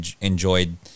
enjoyed